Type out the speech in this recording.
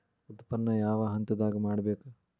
ಉತ್ಪನ್ನ ಯಾವ ಹಂತದಾಗ ಮಾಡ್ಬೇಕ್?